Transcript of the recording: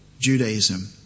Judaism